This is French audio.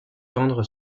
tendre